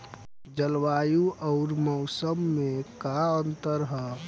जलवायु अउर मौसम में का अंतर ह?